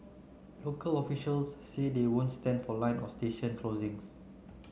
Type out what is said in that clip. local officials say they won't stand for line or station closings